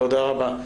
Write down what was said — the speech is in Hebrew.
תודה רבה.